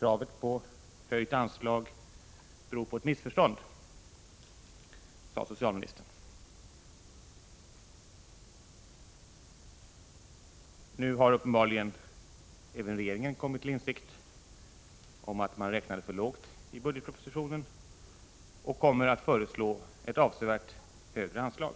enligt socialministern berodde kravet på ett höjt anslag på ett missförstånd. Nu har uppenbarligen även regeringen kommit till insikt om att man räknade för lågt i budgetpropositionen, och regeringen kommer att föreslå ett avsevärt ökat anslag.